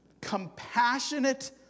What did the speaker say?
compassionate